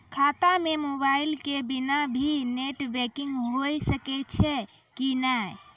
खाता म मोबाइल के बिना भी नेट बैंकिग होय सकैय छै कि नै?